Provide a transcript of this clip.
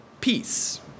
peace